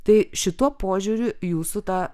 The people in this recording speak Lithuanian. tai šituo požiūriu jūsų ta